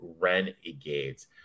Renegades